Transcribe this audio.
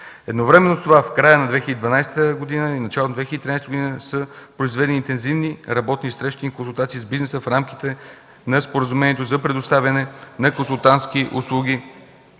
Едновременно с това в края на 2012 г. и началото на 2013 г. са проведени интензивни работни срещи и консултации с бизнеса в рамките на Споразумението за предоставяне на консултантски услуги